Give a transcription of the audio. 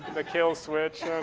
the kill switch